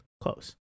close